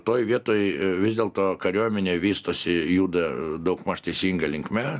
toj vietoj vis dėlto kariuomenė vystosi juda daugmaž teisinga linkme